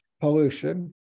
pollution